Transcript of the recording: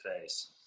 face